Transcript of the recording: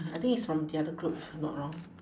I think it's from the other group if I'm not wrong